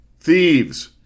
thieves